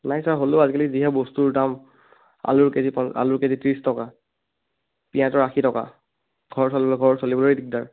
নাই ছাৰ হ'লেও আজিকালি যিহে বস্তুৰ দাম আলুৰ কে জি প আলুৰ কে জি ত্ৰিছ টকা পিয়াজৰ আশী টকা ঘৰ চলিব ঘৰ চলিবলৈ দিগদাৰ